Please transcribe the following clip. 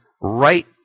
right